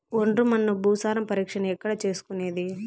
ఒండ్రు మన్ను భూసారం పరీక్షను ఎక్కడ చేసుకునేది?